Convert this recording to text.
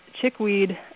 chickweed